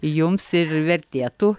jums ir vertėtų